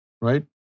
Right